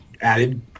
added